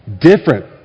Different